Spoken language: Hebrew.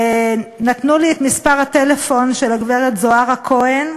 נתנו לי את מספר הטלפון של הגברת זוהרה כהן,